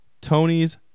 Tony's